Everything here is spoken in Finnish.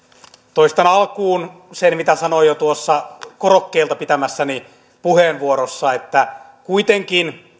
toistan alkuun sen mitä sanoin jo korokkeelta pitämässäni puheenvuorossa että kuitenkin